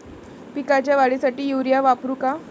पिकाच्या वाढीसाठी युरिया वापरू का?